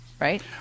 right